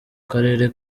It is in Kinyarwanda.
karere